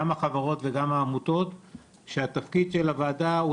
גם החברות וגם העמותות שהתפקיד של הוועדה הוא